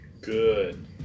Good